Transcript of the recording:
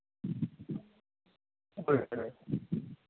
ᱦᱮᱸ ᱦᱮᱸ